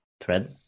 thread